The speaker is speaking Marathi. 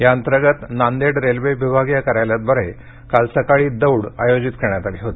याअंतर्गत नांदेड रेल्वे विभागीय कार्यालयाद्वारे काल सकाळी दौड आयोजीत करण्यात आली होती